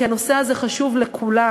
כי הנושא הזה חשוב לכולם.